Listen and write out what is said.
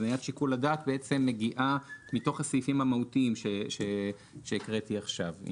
הבניית שיקול הדעת בעצם מגיעה מתוך הסעיפים המהותיים שהקראתי עכשיו.